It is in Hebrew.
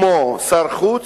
כמו שר חוץ,